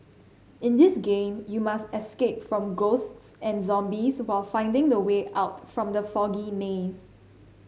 in this game you must escape from ghosts and zombies while finding the way out from the foggy maze